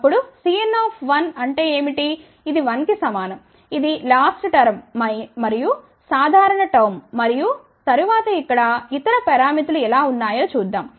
అప్పుడు Cn1 అంటే ఏమిటి ఇది 1 కి సమానం ఇది లాస్ట్ టర్మ్ మరియు సాధారణ టర్మ్ మరియు తరువాత ఇక్కడ ఇతర పారామితులు ఎలా ఉన్నాయో చూద్దాం